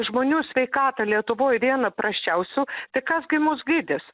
žmonių sveikata lietuvoj viena prasčiausių tai kas gi mus gydys